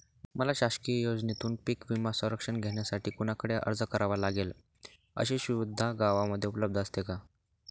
मला शासकीय योजनेतून पीक विमा संरक्षण घेण्यासाठी कुणाकडे अर्ज करावा लागेल? अशी सुविधा गावामध्ये उपलब्ध असते का?